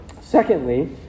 Secondly